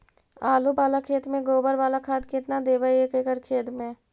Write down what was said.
आलु बाला खेत मे गोबर बाला खाद केतना देबै एक एकड़ खेत में?